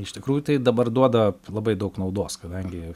iš tikrųjų tai dabar duoda labai daug naudos kadangi